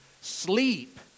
sleep